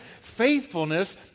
faithfulness